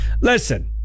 Listen